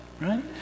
right